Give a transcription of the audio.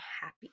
happy